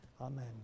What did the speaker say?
Amen